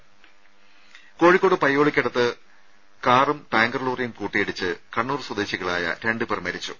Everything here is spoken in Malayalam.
രുമ കോഴിക്കോട് പയ്യോളിക്കടുത്ത് കാറും ടാങ്കർ ലോറിയും കൂട്ടിയിടിച്ച് കണ്ണൂർ സ്വദേശികളായ രണ്ടു പേർ മരിച്ചു